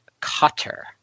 cutter